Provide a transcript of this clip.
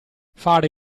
fare